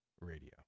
Radio